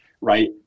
right